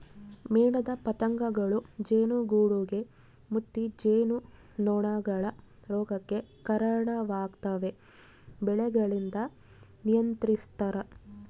ಮೇಣದ ಪತಂಗಗಳೂ ಜೇನುಗೂಡುಗೆ ಮುತ್ತಿ ಜೇನುನೊಣಗಳ ರೋಗಕ್ಕೆ ಕರಣವಾಗ್ತವೆ ಬೆಳೆಗಳಿಂದ ನಿಯಂತ್ರಿಸ್ತರ